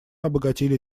обогатили